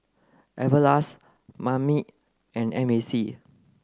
Everlast Marmite and M A C